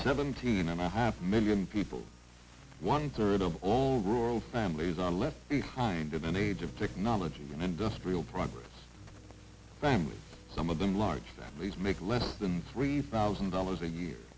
seventeen and a half million people one third of all rural families are left behind in an age of technology and industrial progress family some of them large that leaves make less than three thousand dollars a year